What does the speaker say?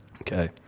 Okay